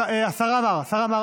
אני שמח שלא למדתי ליבה, השר שלך